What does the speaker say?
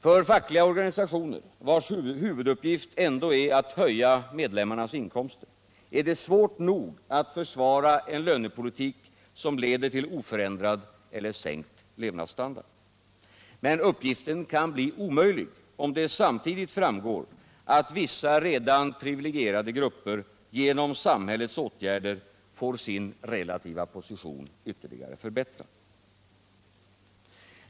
För fackliga organisationer, vars huvuduppgift ändå är att höja medlemmarnas inkomster, är det svårt nog att försvara en lönepolitik som leder till oförändrad eller sänkt levnadsstandard. Men uppgiften kan bli omöjlig om det samtidigt framgår, att vissa redan privilegierade grupper genom samhällets åtgärder får sin relativa position ytterligare förbättrad.